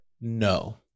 no